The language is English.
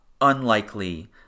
unlikely